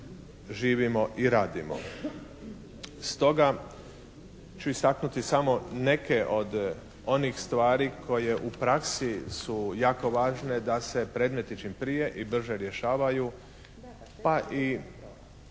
živimo i radimo. Stoga ću istaknuti samo neke od onih stvari koje u praksi su jako važne da se predmeti čim prije i brže rješavaju, pa i